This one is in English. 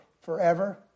forever